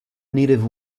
native